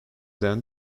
then